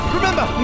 Remember